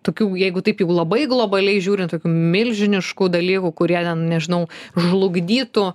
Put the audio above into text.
tokių jeigu taip jau labai globaliai žiūrint tokių milžiniškų dalykų kurie ten nežinau žlugdytų